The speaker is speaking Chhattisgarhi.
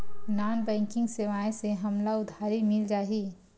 नॉन बैंकिंग सेवाएं से हमला उधारी मिल जाहि?